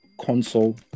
console